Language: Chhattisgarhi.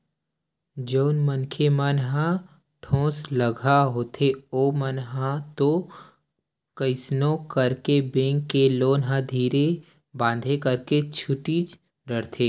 जउन मनखे मन ह ठोसलगहा होथे ओमन ह तो कइसनो करके बेंक के लोन ल धीरे बांधे करके छूटीच डरथे